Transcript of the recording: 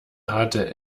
hatte